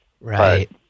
Right